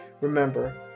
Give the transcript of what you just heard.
Remember